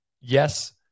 Yes